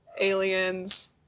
Aliens